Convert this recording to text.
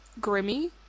Grimmy